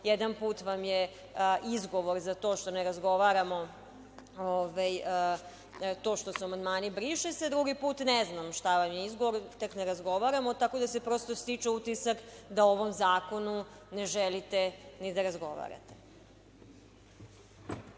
Jedan put vam je izgovor za to što ne razgovaramo to što su amandmani „briše se“, a drugi put ne znam šta vam je izgovor, tek ne razgovaramo, tako da se prosto stiče utisak da o ovom zakonu ne želite ni da razgovarate.